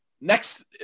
next